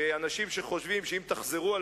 כשיש אנשים שחושבים שאם תחזרו על